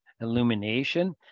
illumination